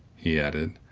he added,